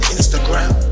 Instagram